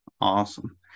awesome